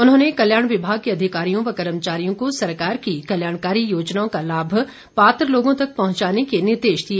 उन्होंने कल्याण विभाग के अधिकारियों व कर्मचारियों को सरकार की कल्याणकारी योजनाओं का लाभ पात्र लोगों तक पहुंचाने के निर्देश दिए